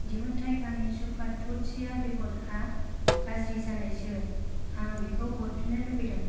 दिहुनथाइ ग्रामि सुपारफुड चिया बेगरआ गाज्रि जानायसो आं बेखौ हरफिन्नो लुबैदों